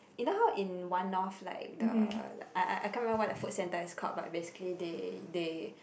you know how in One-North like the I I I can't remember what the food center is called but basically they they